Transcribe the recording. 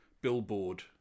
billboard